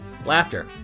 Laughter